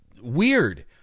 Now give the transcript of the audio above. weird